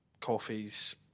coffees